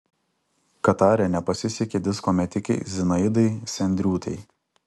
katare nepasisekė disko metikei zinaidai sendriūtei